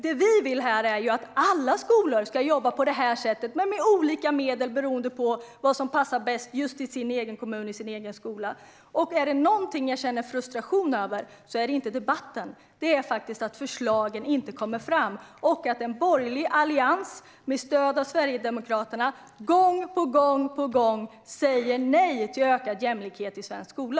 Det vi vill är att alla skolor ska jobba på det här sättet, men med olika medel beroende på vad som passar bäst just i den egna kommunen och den egna skolan. Är det någonting jag känner frustration över är det inte debatten, utan att förslagen inte kommer fram och att en borgerlig allians med stöd av Sverigedemokraterna gång på gång säger nej till ökad jämlikhet i svensk skola.